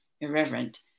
irreverent